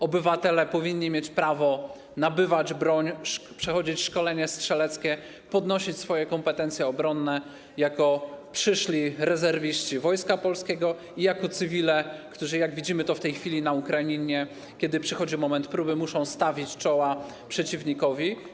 Obywatele powinni mieć prawo nabywać broń, przechodzić szkolenie strzeleckie, podnosić swoje kompetencje obronne jako przyszli rezerwiści Wojska Polskiego i jako cywile, którzy, jak widzimy to w tej chwili na Ukrainie, kiedy przychodzi moment próby, muszą stawić czoła przeciwnikowi.